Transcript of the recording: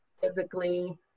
physically